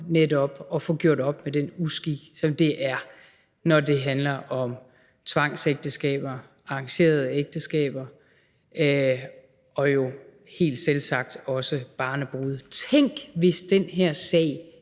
netop at få gjort op med den uskik, det er, når det handler om tvangsægteskaber, arrangerede ægteskaber og jo selvsagt også barnebrude. Tænk, hvis den her sag